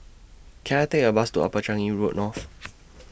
Can I Take A Bus to Upper Changi Road North